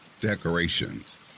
decorations